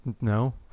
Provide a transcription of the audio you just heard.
No